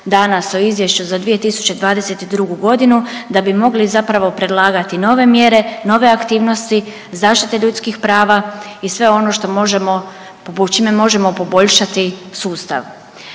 danas o izvješću za 2022. godinu da bi mogli zapravo predlagati nove mjere, nove aktivnosti zaštite ljudskih prava i sve ono što možemo, čime možemo poboljšati sustav.